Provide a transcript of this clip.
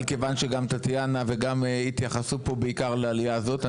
אבל כיוון שהתייחסו פה בעיקר לעלייה הזאת,